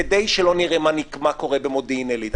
כדי שלא נראה מה שקורה במודיעין עילית.